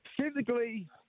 Physically